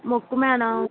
మొక్కు మ్యాడం